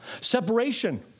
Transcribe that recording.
Separation